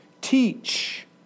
Teach